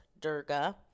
Durga